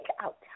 out